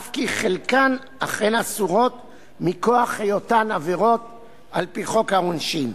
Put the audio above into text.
אף כי חלקן אכן אסורות מכוח היותן עבירות על-פי חוק העונשין